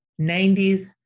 90s